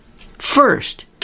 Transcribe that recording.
First